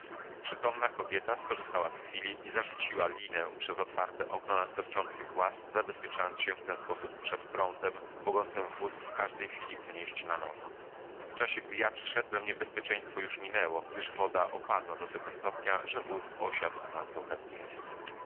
przytomna kobieta skorzystała z chwili i zarzuciła linę przez otwarte okno na sterczący głaz zabezpieczając się w ten sposób przed prądem mogącym wóz każdej chwili unieść na nowo w czasie gdy ja przyszedłem niebezpieczeństwo już minęło gdyż woda opadła do tego stopnia że wóz osiadł na suchem miejscu